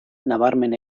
nabarmen